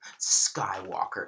Skywalker